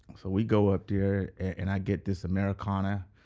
so we go up there, and i get this americana.